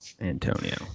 Antonio